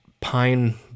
pine